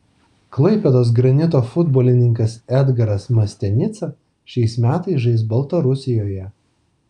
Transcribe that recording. klaipėdos granito futbolininkas edgaras mastianica šiais metais žais baltarusijoje